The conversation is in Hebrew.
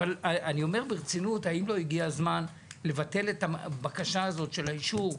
אבל אני אומר ברצינות האם לא הגיע הזמן לבטל את הבקשה הזאת של האישור?